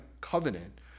covenant